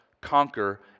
conquer